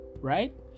right